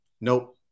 Nope